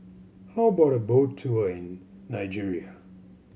how about a boat tour in Nigeria